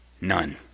None